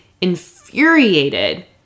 infuriated